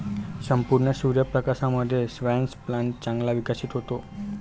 संपूर्ण सूर्य प्रकाशामध्ये स्क्वॅश प्लांट चांगला विकसित होतो